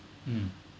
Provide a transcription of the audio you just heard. mm